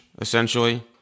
essentially